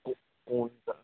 কো কোনটা